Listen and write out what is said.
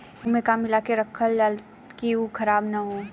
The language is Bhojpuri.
गेहूँ में का मिलाके रखल जाता कि उ खराब न हो?